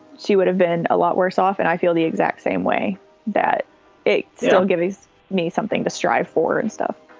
she would have been a lot worse off. and i feel the exact same way that it still gives me something to strive for and stuff